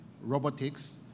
robotics